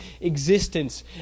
existence